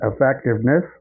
effectiveness